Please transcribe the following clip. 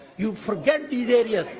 you forget these areas.